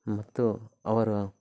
ಮತ್ತು ಅವರು